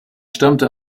stammte